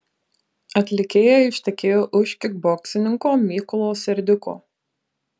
atlikėja ištekėjo už kikboksininko mykolo serdiuko